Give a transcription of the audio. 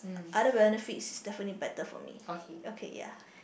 other benefits definitely better for me okay ya